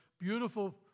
Beautiful